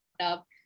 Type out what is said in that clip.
up